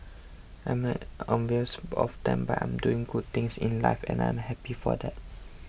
I'm envious of them but I'm doing good things in life and I am happy for that